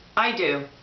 i do.